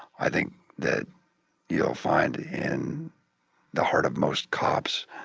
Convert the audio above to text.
i think that you'll find in the heart of most cops,